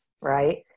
Right